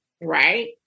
right